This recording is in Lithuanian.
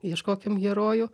ieškokim herojų